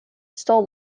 still